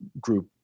group